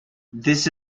this